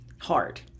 hard